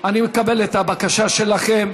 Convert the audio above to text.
אני מקבל את הבקשה שלכם.